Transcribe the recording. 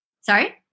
Sorry